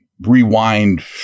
rewind